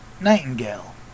Nightingale